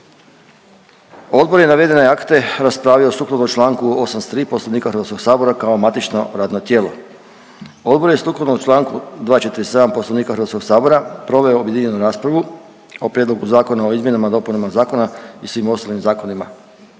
Odbor je navedene akte raspravljao sukladno Članku 83. Poslovnika Hrvatskog sabora kao matično radno tijelo. Odbor je sukladno Članku 247. Poslovnika Hrvatskog sabora proveo objedinjenu raspravu o prijedlogu zakona o izmjenama i dopunama zakona i svim ostalim zakonima